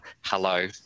hello